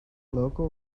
local